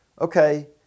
okay